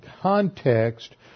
context